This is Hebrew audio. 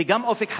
וגם ב"אופק חדש",